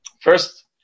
First